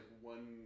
one